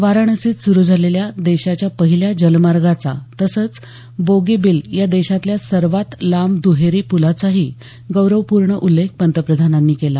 वाराणसीत सुरू झालेल्या देशाच्या पहिल्या जलमार्गाचा तसंच बोगीबिल या देशातल्या सर्वात लांब दुहेरी पुलाचाही गौरवपूर्ण उल्लेख पंतप्रधानांनी केला